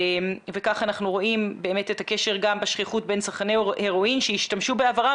וכך אנחנו רואים את הקשר גם בשכיחות בין צרכני הרואין שהשתמשו בעברם